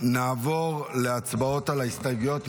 נעבור להצבעות על ההסתייגויות.